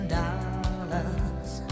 dollars